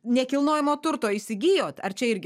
nekilnojamo turto įsigijot ar čia irgi